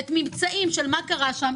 את הממצאים על מה קרה שם,